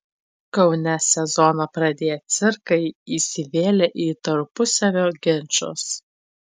kaune sezoną pradėję cirkai įsivėlė į tarpusavio ginčus